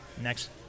Next